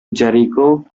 jericho